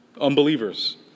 unbelievers